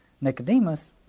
Nicodemus